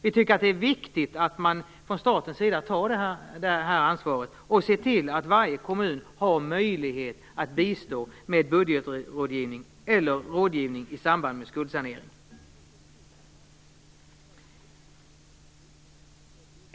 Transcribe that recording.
Vi tycker att det är viktigt att staten tar det ansvaret och ser till att varje kommun har råd att bistå med budgetrådgivning eller rådgivning i samband med skuldsanering.